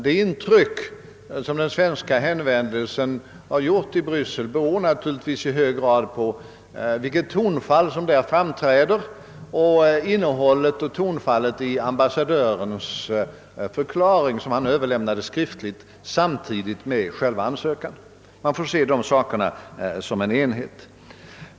Det intryck som den svenska hänvändelsen gjort i Bryssel beror naturligtvis i hög grad på vilket tonfall som däri framträder och på innehållet och tonfallet i ambassadörens förklaring, som han överlämnade skriftligt samtidigt med själva ansökan. Man får se dessa saker som en enhet.